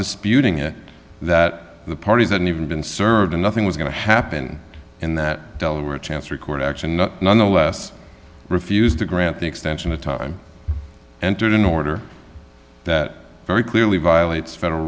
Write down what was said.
disputing it that the party isn't even been served and nothing was going to happen in that delaware chancery court action not nonetheless refused to grant the extension of time entered an order that very clearly violates federal